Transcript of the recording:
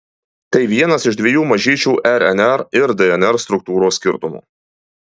tai vienas iš dviejų mažyčių rnr ir dnr struktūros skirtumų